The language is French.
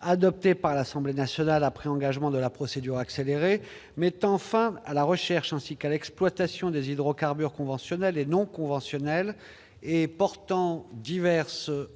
adopté par l'Assemblée nationale après engagement de la procédure accélérée, mettant fin à la recherche ainsi qu'à l'exploitation des hydrocarbures conventionnels et non conventionnels et portant diverses dispositions